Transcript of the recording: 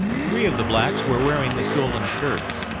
three of the blacks were wearing the stolen shirts,